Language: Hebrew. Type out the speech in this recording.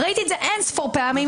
ראיתי את זה אינספור פעמים,